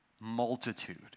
multitude